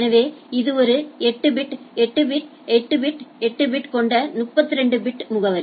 எனவே இது ஒவ்வொரு 8 பிட் 8 பிட் 8 பிட் 8 பிட் கொண்ட 32 பிட் முகவரி